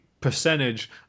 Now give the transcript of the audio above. percentage